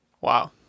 wow